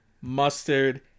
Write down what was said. mustard